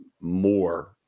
more